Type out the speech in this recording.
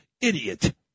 idiot